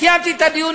קיימתי את הדיון,